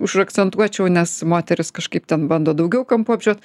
užakcentuočiau nes moterys kažkaip ten bando daugiau kampų apžiot